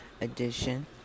edition